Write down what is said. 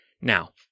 Now